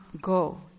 go